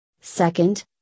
Second